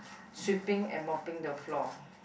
sweeping and mopping the floor